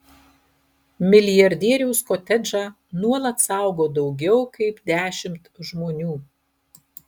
milijardieriaus kotedžą nuolat saugo daugiau kaip dešimt žmonių